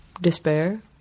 despair